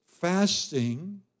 Fasting